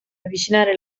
avvicinare